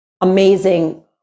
amazing